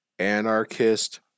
anarchist